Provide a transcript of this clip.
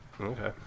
Okay